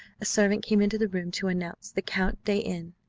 a servant came into the room to announce the count de n.